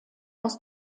aus